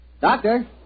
Doctor